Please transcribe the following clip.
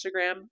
Instagram